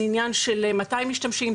זה עניין של מתי משתמשים,